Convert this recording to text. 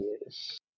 yes